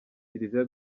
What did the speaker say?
kiliziya